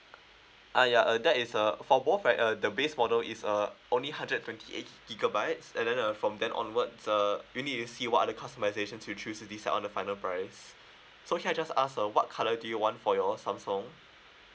ah yeah uh that is uh for both right uh the base model is uh only hundred and twenty eight gigabytes and then uh from then onwards err you need to see what are the customisations you choose to decide on the final price so can I just ask uh what colour do you want for your samsung